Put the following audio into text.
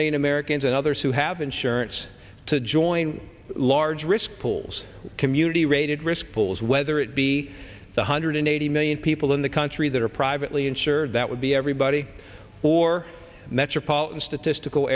million americans and others who have insurance to join large risk pools community rated risk pools whether it be one hundred eighty million people in the country that are privately insured that would be everybody or metropolitan statistical